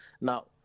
now